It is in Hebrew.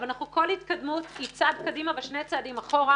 אבל אנחנו כל התקדמות היא צעד קדימה ושני צעדים אחורה.